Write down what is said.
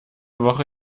woche